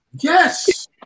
Yes